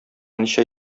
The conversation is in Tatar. ничә